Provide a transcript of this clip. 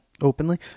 openly